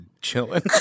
chilling